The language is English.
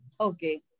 Okay